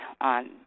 on